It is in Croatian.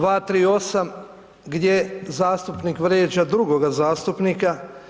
238. gdje zastupnik vrijeđa drugoga zastupnika.